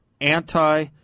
anti-